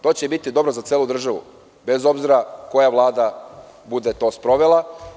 To će biti dobro za celu državu, bez obzira koja Vlada bude to sprovela.